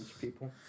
people